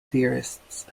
theorists